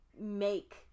make